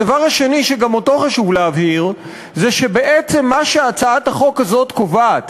הדבר השני שגם אותו חשוב להבהיר זה בעצם מה שהצעת החוק הזאת קובעת: